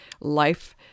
life